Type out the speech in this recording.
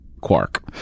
Quark